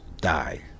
die